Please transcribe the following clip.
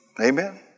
Amen